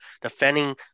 defending